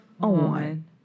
On